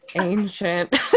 Ancient